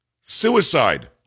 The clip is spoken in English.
Suicide